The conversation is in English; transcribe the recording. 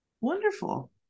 Wonderful